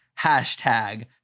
Hashtag